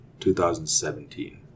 2017